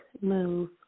move